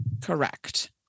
Correct